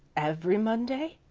every monday?